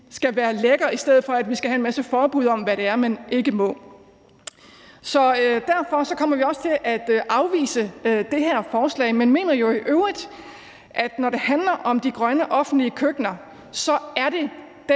skal være lækker, i stedet for at vi skal have en masse forbud om, hvad det er, man ikke må. Så derfor kommer vi også til at afvise det her forslag, men mener i øvrigt, at når det handler om de grønne offentlige køkkener, er det de